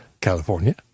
california